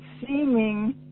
seeming